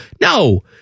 No